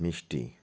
মিষ্টি